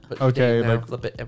Okay